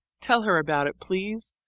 tell her about it, please,